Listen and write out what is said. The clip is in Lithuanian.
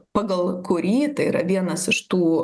pagal kurį tai yra vienas iš tų